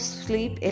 sleep